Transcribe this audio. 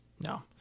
no